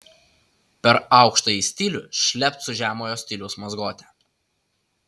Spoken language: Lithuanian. per aukštąjį stilių šlept su žemojo stiliaus mazgote